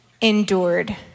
endured